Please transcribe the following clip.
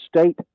state